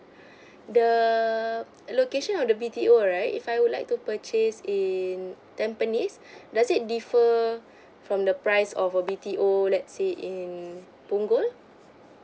the location of the B_T_O right if I would like to purchase in tampines does it differ from the price of a B_T_O let's say in punggol